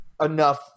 enough